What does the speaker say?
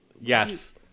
Yes